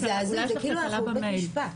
זה הזוי, זה כאילו אנחנו בבית משפט.